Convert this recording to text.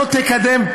לא תקדם,